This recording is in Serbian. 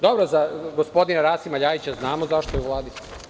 Dobro, za gospodina Rasima LJajića znamo zašto je u Vladi.